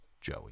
Joey